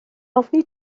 ofni